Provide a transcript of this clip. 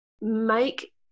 make